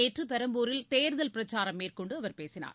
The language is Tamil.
நேற்று பெரம்பூரில் தேர்தல் பிரச்சாரம் மேற்கொண்டு அவர் பேசினார்